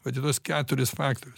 vat į tuos keturis faktorius